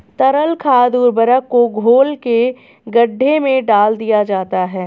तरल खाद उर्वरक को घोल के गड्ढे में डाल दिया जाता है